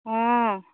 অঁ